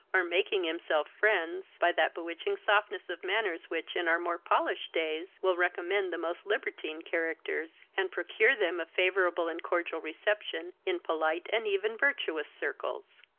or making himself friends, by that bewitching softness of manners which, in our more polished days, will recommend the most libertine characters, and procure them a favourable and cordial reception in polite and even virtuous circles.